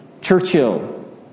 Churchill